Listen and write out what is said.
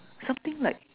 something like